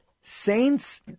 Saints